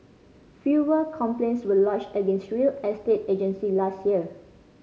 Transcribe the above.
fewer complaints were lodged against real estate agency last year